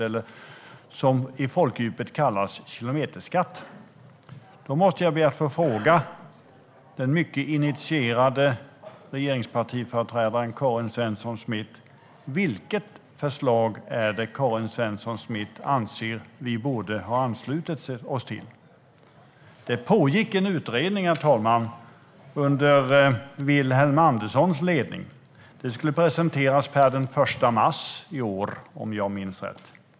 Det är alltså det som i folkdjupet kallas kilometerskatt. Då måste jag be att få fråga den mycket initierade regeringspartiföreträdaren Karin Svensson Smith: Vilket förslag är det Karin Svensson Smith anser att vi borde ha anslutit oss till? Det pågick en utredning, herr talman, under Vilhelm Anderssons ledning. Den skulle ha presenterats per den 1 mars i år, om jag minns rätt.